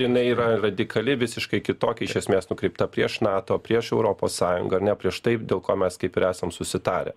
jinai yra radikali visiškai kitokia iš esmės nukreipta prieš nato prieš europos sąjungą ar ne prieš taip dėl ko mes kaip ir esam susitarę